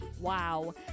wow